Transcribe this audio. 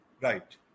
Right